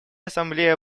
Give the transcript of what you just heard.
ассамблея